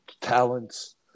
talents